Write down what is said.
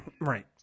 right